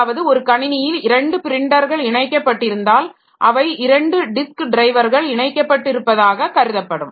அதாவது ஒரு கணினியில் இரண்டு பிரிண்டர்கள் இணைக்கப்பட்டிருந்தால் அவை இரண்டு டிஸ்க் டிரைவர்கள் இணைக்கப்பட்டு இருப்பதாகக் கருதப்படும்